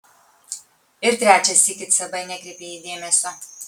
ir trečią sykį cb nekreipė į jį dėmesio